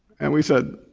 and we said,